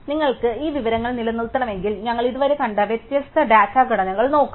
നിങ്ങൾക്ക് ഈ വിവരങ്ങൾ നിലനിർത്തണമെങ്കിൽ ഞങ്ങൾ ഇതുവരെ കണ്ട വ്യത്യസ്ത ഡാറ്റാ ഘടനകൾ നോക്കാം